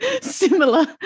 similar